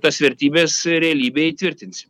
tas vertybes realybėj įtvirtinsim